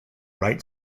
right